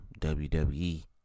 WWE